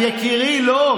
יקירי, לא.